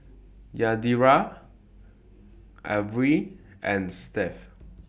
Yadira Avery and Seth